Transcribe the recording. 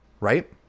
right